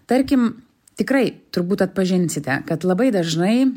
tarkim tikrai turbūt atpažinsite kad labai dažnai